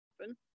happen